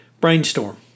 Brainstorm